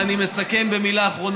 ואני מסכם במילה אחרונה.